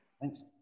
Thanks